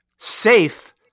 safe